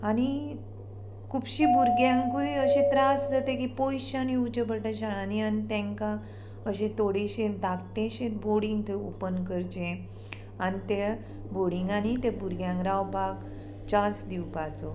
आनी खुबशीं भुरग्यांकूय अशें त्रास जाता की पयशान येवचें पडटा शाळांनी आनी तेंकां अशें थोडेशें धाकटेंशें बोर्डींग थंय ओपन करचें आनी ते बोडींगांनी त्या भुरग्यांक रावपाक चान्स दिवपाचो